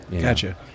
Gotcha